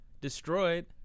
destroyed